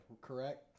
correct